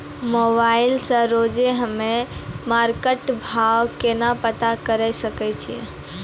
Mobile से रोजे हम्मे मार्केट भाव केना पता करे सकय छियै?